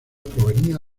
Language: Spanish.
provenía